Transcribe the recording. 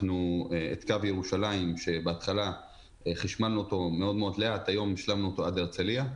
קו ירושלים שבהתחלה חשמלנו אותו מאוד לאט היום השלמנו אותו עד הרצליה,